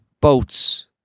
boats